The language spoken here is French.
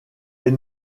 est